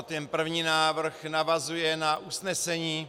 Ten první návrh navazuje na usnesení